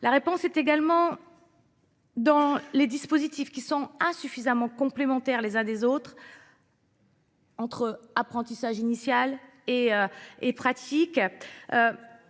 La réponse est également dans les dispositifs qui sont insuffisamment complémentaires les uns des autres, entre apprentissage initial et pratique,